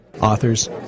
Authors